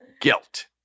guilt